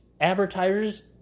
advertisers